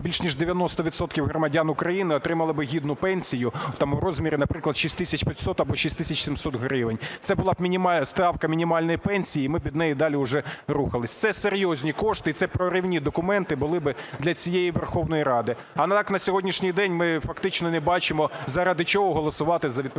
відсотків громадян України отримали б гідну пенсію, там у розмірі, наприклад, 6 тисяч 500 або 6 тисяч 700 гривень. Це була б ставка мінімальної пенсії. І ми б від неї далі уже рухались. Це серйозні кошти і це проривні документи були б для цієї Верховної Ради. А так на сьогоднішній день ми фактично не бачимо, заради чого голосувати за відповідні